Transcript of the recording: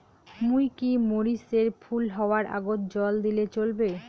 মুই কি মরিচ এর ফুল হাওয়ার আগত জল দিলে চলবে?